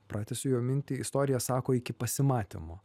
pratęsiu jo mintį istorija sako iki pasimatymo